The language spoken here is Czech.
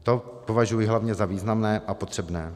To považuji hlavně za významné a potřebné.